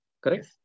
Correct